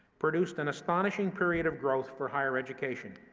produced an astonishing period of growth for higher education.